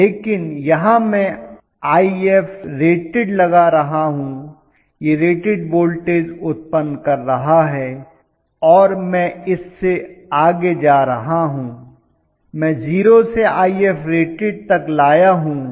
लेकिन यहां मैं Ifrated लगा रहा हूं यह रेटेड वोल्टेज उत्पन्न कर रहा है और मैं इससे आगे जा रहा हूं मैं 0 से Ifrated तक लाया हूं